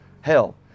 hell